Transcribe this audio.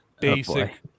basic